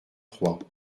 trois